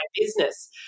business